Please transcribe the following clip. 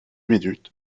minutes